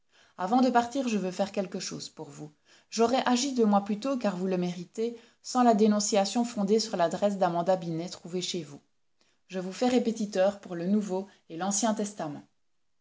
avant de partir je veux faire quelque chose pour vous j'aurais agi deux mois plus tôt car vous le méritez sans la dénonciation fondée sur l'adresse d'amanda binet trouvée chez vous je vous fais répétiteur pour le nouveau et l'ancien testament